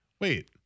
wait